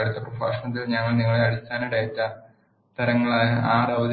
അടുത്ത പ്രഭാഷണത്തിൽ ഞങ്ങൾ നിങ്ങളെ അടിസ്ഥാന ഡാറ്റാ തരങ്ങളായ ആർ അവതരിപ്പിക്കാൻ പോകുന്നു